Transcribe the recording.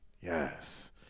yes